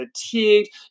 fatigued